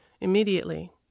Immediately